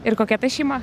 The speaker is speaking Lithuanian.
ir kokia tai šeima